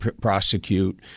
prosecute